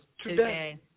today